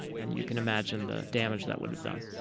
and you can imagine the damage that would have done.